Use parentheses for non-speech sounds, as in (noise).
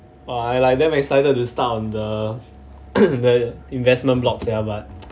!wah! I like damn excited to start on the (coughs) the investment blocks sia but